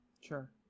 sure